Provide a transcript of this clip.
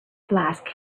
flask